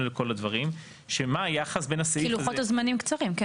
לכל הדברים של מה היחס בין הסעיף הזה --- כי לוחות הזמנים קצרים.